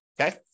okay